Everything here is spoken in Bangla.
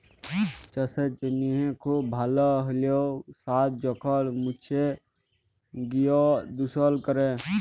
চাসের জনহে খুব ভাল হ্যলেও সার যখল মুছে গিয় দুষল ক্যরে